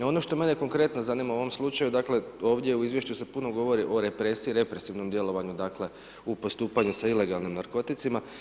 Ono što mene konkretno zanima u ovom slučaju, dakle, ovdje u izvješću se puno govori o represiji, represivnom djelovanju, dakle, u postupanju sa ilegalnim narkoticima.